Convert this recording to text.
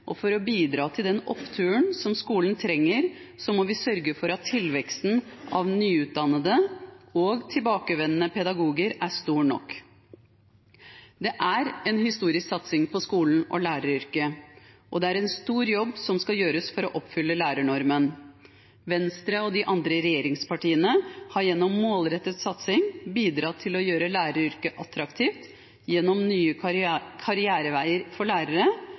og for å bidra til den oppturen som skolen trenger, må vi sørge for at tilveksten av nyutdannede og tilbakevendende pedagoger er stor nok. Det er en historisk satsing på skolen og læreryrket, og det er en stor jobb som skal gjøres for å oppfylle lærernormen. Venstre og de andre regjeringspartiene har gjennom målrettet satsing bidratt til å gjøre læreryrket attraktivt gjennom nye karriereveier for lærere,